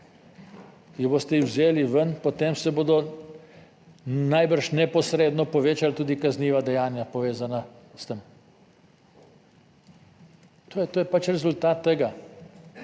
jo boste vzeli ven? Potem se bodo najbrž neposredno povečala tudi kazniva dejanja, povezana s tem. To je pač rezultat tega.